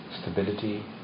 stability